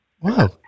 Wow